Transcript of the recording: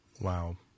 Wow